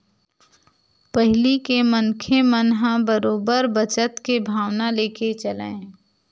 पहिली के मनखे मन ह बरोबर बचत के भावना लेके चलय